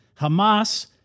Hamas